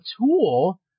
tool